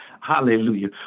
Hallelujah